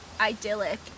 idyllic